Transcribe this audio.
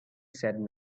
said